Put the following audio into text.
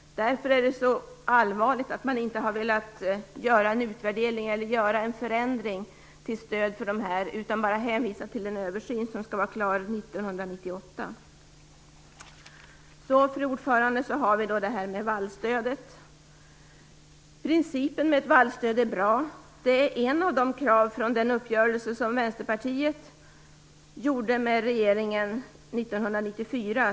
Därför är det så allvarligt att utskottsmajoriteten inte har velat göra en utvärdering eller förändring till stöd för dem, utan bara hänvisar till en översyn som skall vara klar Fru ordförande! Sedan har vi vallstödet. Principen med ett sådant är bra. Det är ett av kraven i den uppgörelse som Vänsterpartiet gjorde med regeringen 1994.